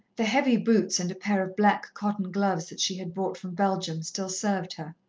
the heavy boots and a pair of black-cotton gloves that she had brought from belgium, still served her.